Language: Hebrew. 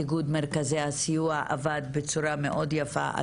איגוד מרכזי הסיוע עבד בצורה מאוד יפה,